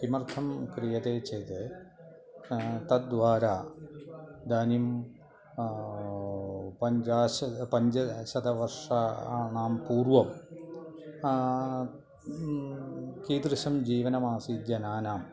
किमर्थं क्रियते चेत् तद्वारा इदानीं पञ्जाश् पञ्चाशत्वर्षाणां पूर्वं कीदृशं जीवनमासीत् जनानाम्